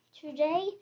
Today